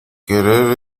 querer